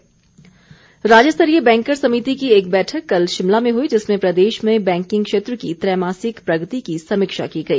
banker समिति राज्य स्तरीय बैंकर समिति की एक बैठक कल शिमला में हुई जिसमें प्रदेश में बैंकिंग क्षेत्र की त्रैमासिक प्रगति की समीक्षा की गई